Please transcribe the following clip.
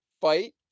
fight